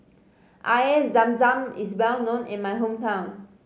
Air Zam Zam is well known in my hometown